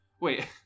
Wait